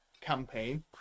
campaign